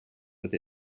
with